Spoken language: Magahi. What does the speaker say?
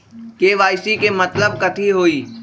के.वाई.सी के मतलब कथी होई?